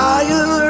Higher